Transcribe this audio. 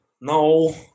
no